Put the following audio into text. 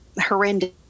horrendous